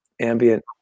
ambient